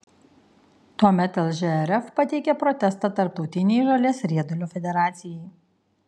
tuomet lžrf pateikė protestą tarptautinei žolės riedulio federacijai